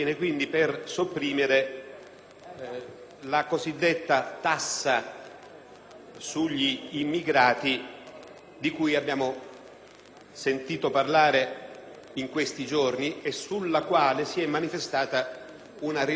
sugli immigrati, di cui abbiamo sentito parlare in questi giorni e sulla quale si è manifestata una rilevante incertezza all'interno della maggioranza e del Governo.